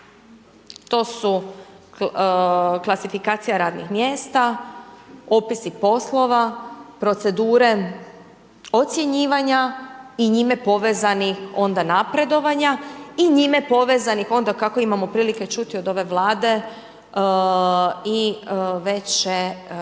To su klasifikacija radnih mjesta, opisi poslova, procedure, ocjenjivanja i njime povezani onda napredovanja i njime povezanih onda kako imamo prilike čuti od ove Vlade i veće